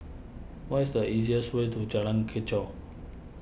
what is the easiest way to Jalan Kechot